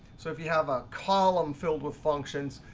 so if you have a column filled with functions,